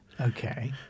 Okay